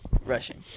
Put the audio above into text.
rushing